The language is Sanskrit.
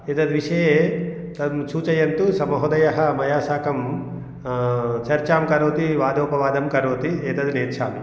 एतद्विषये तं सूचयन्तु स महोदयः मया साकं चर्चां करोति वादोपवादं करोति एतत् नेच्छामि